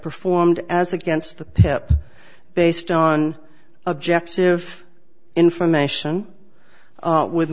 performed as against the pip based on objective information with